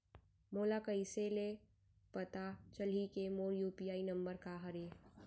मोला कइसे ले पता चलही के मोर यू.पी.आई नंबर का हरे?